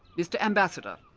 mister ambassador,